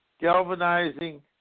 galvanizing